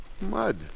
Mud